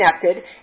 connected